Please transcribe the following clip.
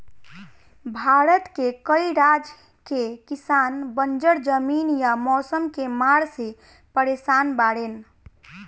भारत के कई राज के किसान बंजर जमीन या मौसम के मार से परेसान बाड़ेन